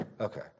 okay